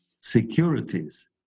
securities